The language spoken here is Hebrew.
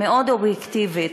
המאוד-אובייקטיבית,